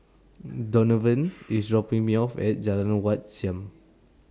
Donavon IS dropping Me off At Jalan Wat Siam